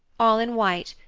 all in white,